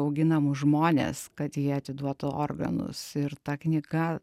auginamus žmones kad jie atiduotų organus ir ta knyga